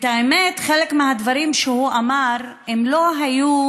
האמת, חלק מהדברים שהוא אמר, אם לא היו